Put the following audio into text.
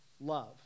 love